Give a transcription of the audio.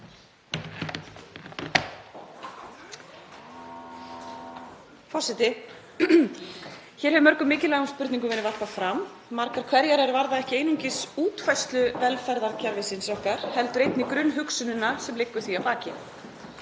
Forseti. Hér hefur mörgum mikilvægum spurningum verið varpað fram, margar hverjar er varða ekki einungis útfærslu velferðarkerfisins okkar heldur einnig grunnhugsunina sem liggur því að baki.